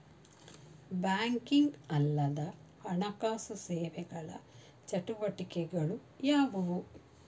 Banking ಅಲ್ಲದ ಹಣಕಾಸು ಸೇವೆಗಳ ಚಟುವಟಿಕೆಗಳು ಯಾವುವು?